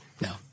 No